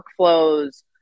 workflows